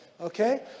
okay